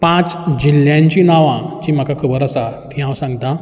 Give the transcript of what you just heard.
पांच जिल्ल्यांची नांवां जीं म्हाका खबर आसा तीं हांव सांगतां